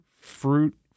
fruit